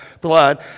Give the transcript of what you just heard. blood